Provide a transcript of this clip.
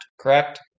Correct